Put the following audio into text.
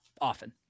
often